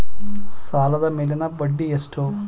ಸಾಲದ ಮೇಲಿನ ಬಡ್ಡಿ ಎಷ್ಟು?